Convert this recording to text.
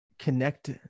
Connect